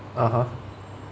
(uh huh)